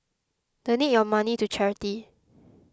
donate your money to charity